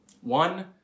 One